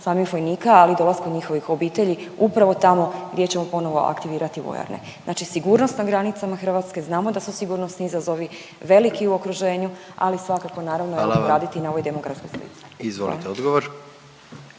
samih vojnika, ali i dolaskom njihovih obitelji upravo tamo gdje ćemo ponovo aktivirati vojarne. Znači sigurnost na granicama Hrvatske, znamo da su sigurnosni izazovi veliki u okruženju, ali svakako, naravno, … .../Upadica: Hvala vam./... raditi na ovoj